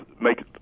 make